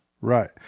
right